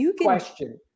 question